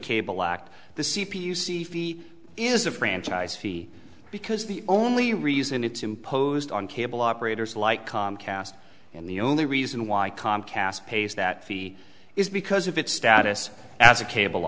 cable lacked the c p u sci fi is a franchise fee because the only reason it's imposed on cable operators like comcast and the only reason why comcast pays that fee is because of its status as a cable